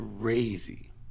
crazy